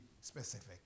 specific